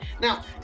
Now